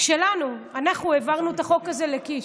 שלנו, אנחנו העברנו את החוק הזה לקיש.